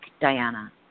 Diana